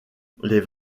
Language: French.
les